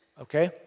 Okay